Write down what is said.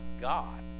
God